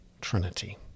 trinity